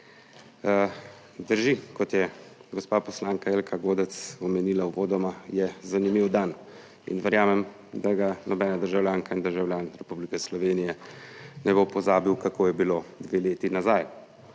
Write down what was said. Drži, kot je gospa poslanka Jelka Godec omenila uvodoma, je zanimiv dan in verjamem, da ga nobena državljanka in državljan Republike Slovenije ne bo pozabil, kako je bilo dve leti nazaj.